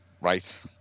Right